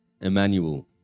Emmanuel